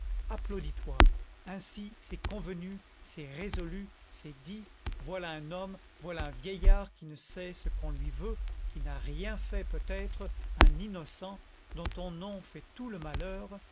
applaudis toi ainsi c'est convenu c'est résolu c'est dit voilà un homme voilà un vieillard qui ne sait ce qu'on lui veut qui n'a rien fait peut-être un innocent dont ton nom fait tout le malheur